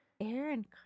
Aaron